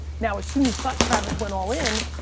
now as soon as so travis went all in,